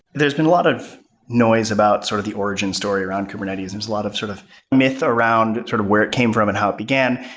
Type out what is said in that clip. there's been a lot of noise about sort of the origin story around kubernetes. there's a lot of sort of myth around sort of where it came from and how it began.